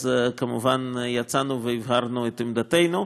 אז כמובן יצאנו והבהרנו את עמדתנו,